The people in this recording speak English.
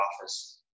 office